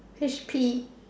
H_P